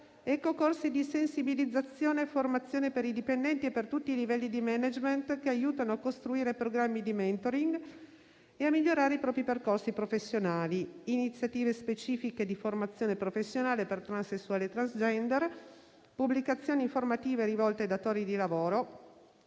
ecco corsi di sensibilizzazione e formazione per i dipendenti e per tutti i livelli di *management* che aiutano a costruire programmi di *mentoring* e a migliorare i propri percorsi professionali; iniziative specifiche di formazione professionale per transessuali e *transgender* e pubblicazioni informative rivolte ai datori di lavoro.